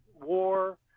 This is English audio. war